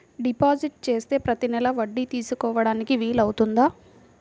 Deposit చేస్తే ప్రతి నెల వడ్డీ తీసుకోవడానికి వీలు అవుతుందా?